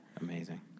Amazing